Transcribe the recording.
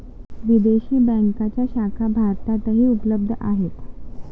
विदेशी बँकांच्या शाखा भारतातही उपलब्ध आहेत